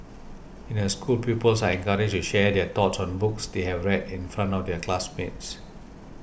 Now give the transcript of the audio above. in her school pupils are encouraged to share their thoughts on books they have read in front of their classmates